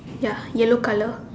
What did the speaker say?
ya yellow colour